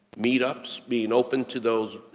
meet ups, being open to those,